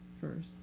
first